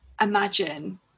imagine